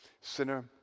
Sinner